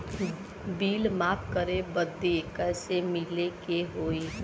Bill माफ करे बदी कैसे मिले के होई?